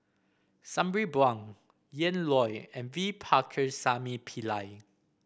Sabri Buang Ian Loy and V Pakirisamy Pillai